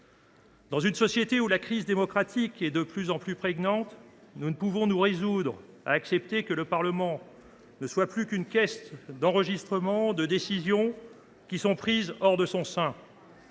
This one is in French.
Dans une société où la crise démocratique est de plus en plus prégnante, nous ne pouvons pas nous résoudre à accepter que le Parlement ne soit plus qu’une caisse d’enregistrement de décisions prises ailleurs.